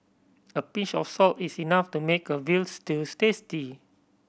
a pinch of salt is enough to make a veal stews tasty